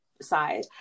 side